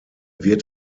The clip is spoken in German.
wird